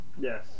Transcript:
Yes